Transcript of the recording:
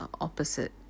Opposite